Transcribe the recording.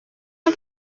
una